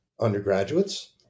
undergraduates